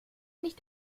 nicht